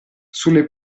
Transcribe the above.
sulle